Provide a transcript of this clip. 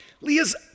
Leah's